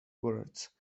words